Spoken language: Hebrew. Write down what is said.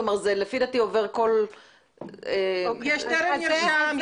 לפי דעתי זה עובר כל --- יש 'טרם נרשם',